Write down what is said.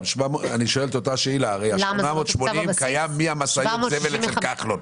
ה-882 קיים ממשאיות הזבל אצל כחלון.